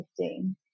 2015